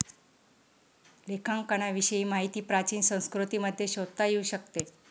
लेखांकनाविषयी माहिती प्राचीन संस्कृतींमध्ये शोधता येऊ शकते